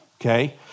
okay